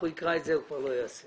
והוא לא יהיה רשאי